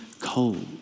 cold